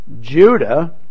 Judah